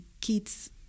kids